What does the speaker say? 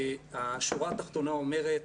השורה התחתונה אומרת